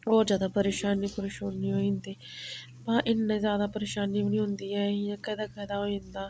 होर ज्यादा परेशानी परुशनी होई जंदी बाह्र इन्ने ज्यादा परेशानी बी नी होंदी ऐ इ'यां कदें कदें होई जंदा